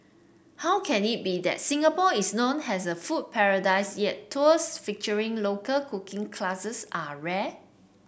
how can it be that Singapore is known as a food paradise yet tours featuring local cooking classes are rare